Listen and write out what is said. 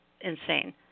insane